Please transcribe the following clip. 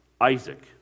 Isaac